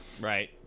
Right